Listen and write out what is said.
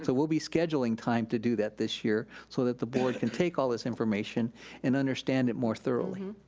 so we'll be scheduling time to do that this year so that the board can take all this information and understand it more thoroughly.